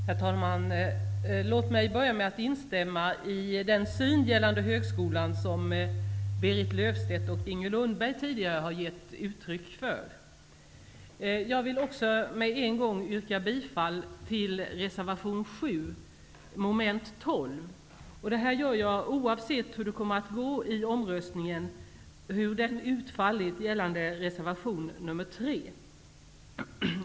Herr talman! Låt mig börja med att instämma i den syn gällande högskolan som Berit Löfstedt och Inger Lundberg tidigare har gett uttryck för. Jag vill också inledningsvis yrka bifall till reservation 7, mom. 12. Det gör jag oavsett hur omröstningen gällande reservation 3 kommer att utfalla.